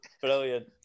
Brilliant